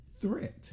threat